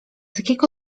jakiego